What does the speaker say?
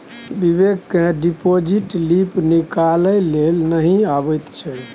बिबेक केँ deposit slip निकालै लेल नहि अबैत छै